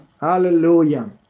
Hallelujah